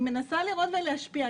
אני מנסה לראות ולהשפיע.